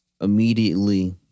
immediately